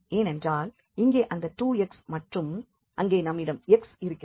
ஏனென்றால் இங்கே இந்த 2x மற்றும் அங்கே நம்மிடம் x இருக்கிறது